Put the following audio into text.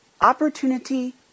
opportunity